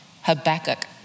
Habakkuk